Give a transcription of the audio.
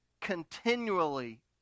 continually